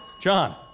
John